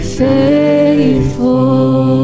faithful